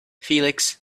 felix